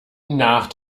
nach